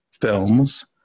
films